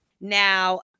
Now